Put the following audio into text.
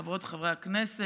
חברות וחברי הכנסת,